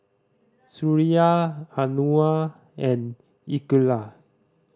Suraya Anuar and Iqeelah